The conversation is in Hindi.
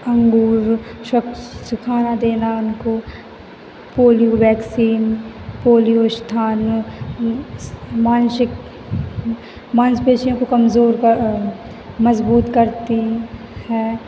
अंगूर स्वच्छ खाना देना उनको पोलियो वैक्सीन पोलियो स्थान में मानसिक मांशपेशियों को कमज़ोर कर मजबूत करती है